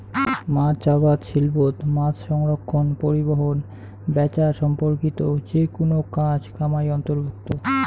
মাছ আবাদ শিল্পত মাছসংরক্ষণ, পরিবহন, ব্যাচা সম্পর্কিত যেকুনো কাজ কামাই অন্তর্ভুক্ত